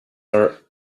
are